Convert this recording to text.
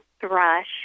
thrush